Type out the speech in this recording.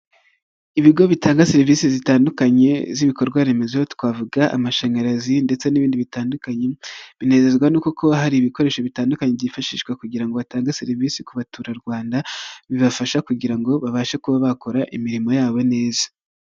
Ibigo bitanga serivisi zitandukanye z'ibikorwaremezo twavuga amashanyarazi ndetse n'ibindi bitandukanye, binezezwa no kuba hari ibikoresho bitandukanye byifashishwa kugira ngo batange serivisi ku baturarwanda, bibafasha kugira ngo babashe kuba bakora imirimo yabo neza.